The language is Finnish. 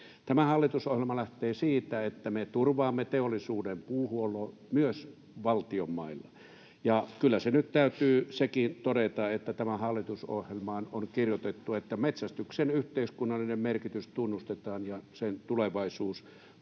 Tämä hallitusohjelma lähtee siitä, että me turvaamme teollisuuden puuhuollon myös valtion mailla. Kyllä nyt täytyy sekin todeta, että tähän hallitusohjelmaan on kirjoitettu, että metsästyksen yhteiskunnallinen merkitys tunnustetaan ja sen tulevaisuus